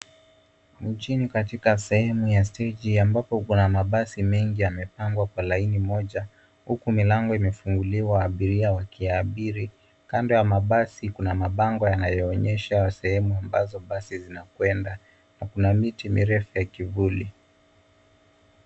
Mjini katika sehemu ya steji ambapo kuna mabasi mengi yamepangwa kwa laini moja huku milango imefunguliwa abiria wakiabiri. Kando ya mabasi kuna mabango yanayooneysha sehemu ambazo basi zinakwenda na kuna miti mirefu ya kivuli.